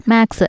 Max